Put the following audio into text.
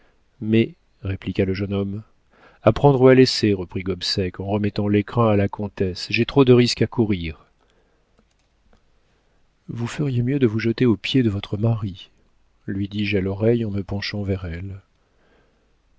mais répliqua le jeune homme a prendre ou à laisser reprit gobseck en remettant l'écrin à la comtesse j'ai trop de risques à courir vous feriez mieux de vous jeter aux pieds de votre mari lui dis-je à l'oreille en me penchant vers elle